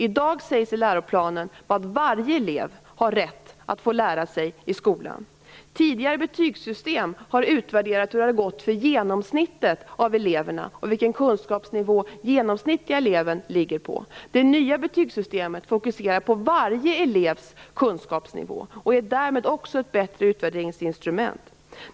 I dag sägs i läroplanen vad varje elev har rätt att få lära sig i skolan. Tidigare betygssystem har utvärderat hur det har gått för genomsnittet av eleverna och vilken kunskapsnivå den genomsnittlige eleven ligger på. Det nya betygssystemet fokuserar på varje elevs kunskapsnivå och är därmed också ett bättre utvärderingsinstrument.